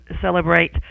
celebrate